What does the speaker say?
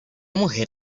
mujer